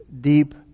deep